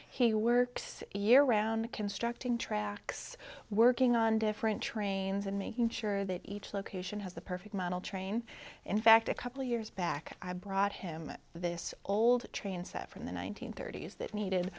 he works year round constructing tracks working on different trains and making sure that each location has the perfect model train in fact a couple of years back i brought him this old train set from the one nine hundred thirty s that needed